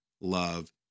love